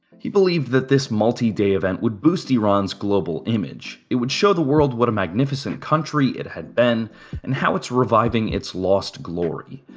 he believed that this multi-day event would boost iran's global image. it would show the world what a magnificent country it had been and how it's reviving its lost glory,